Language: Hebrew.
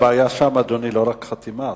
שהבעיה שם אינה רק של חתימה.